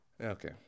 Okay